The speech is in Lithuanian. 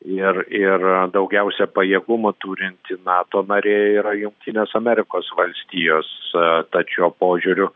ir ir daugiausia pajėgumo turinti nato narė yra jungtinės amerikos valstijos tad šiuo požiūriu